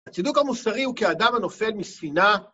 הצידוק המוסרי הוא כאדם הנופל מספינה...